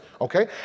okay